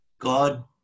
God